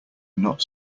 not